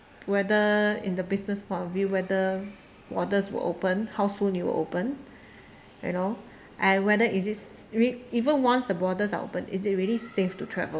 whether in the business point of view whether borders will open how soon it will open and all and whether it is re~ even once th borders are open is it really safe to travel